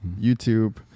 YouTube